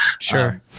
Sure